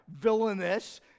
villainous